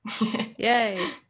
Yay